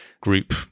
group